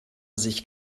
sich